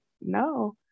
no